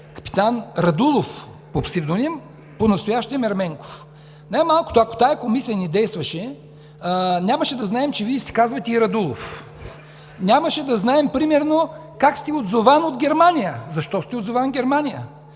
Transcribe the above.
капитан Радулов – по псевдоним, понастоящем – Ерменков.“ Най-малкото ако тази Комисия не действаше, нямаше да знаем, че Вие се казвате и Радулов. Нямаше да знаем примерно как сте отзован от Германия, защо сте отзован от Германия,